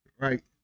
Right